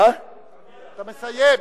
הוא מסיים.